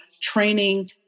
training